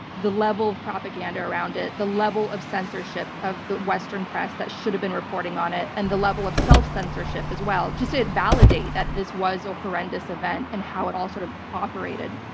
the level of propaganda around it, the level of censorship of the western press that should have been reporting on it, and the level of self-censorship as well, just to validate that this was a horrendous event and how it all sort of operated?